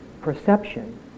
perception